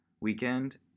weekend